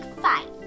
fight